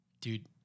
dude